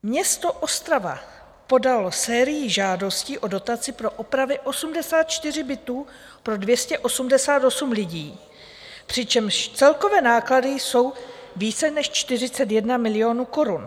Město Ostrava podalo sérii žádostí o dotaci pro opravy 84 bytů pro 288 lidí, přičemž celkové náklady jsou více než 41 milionů korun.